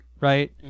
right